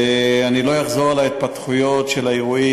אני לא אחזור על ההתפתחויות של האירועים,